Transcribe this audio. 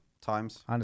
times